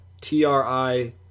T-R-I